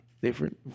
Different